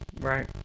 Right